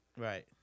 Right